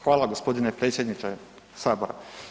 Hvala g. predsjedniče Sabora.